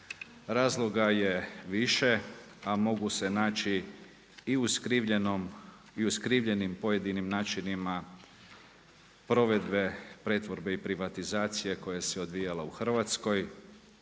Razloga je više, a mogu se naći i u skrivenim pojedinim načinima provedbe pretvorbe i privatizacije koja se odvijala u Hrvatskoj,